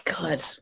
God